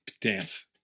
dance